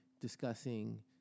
discussing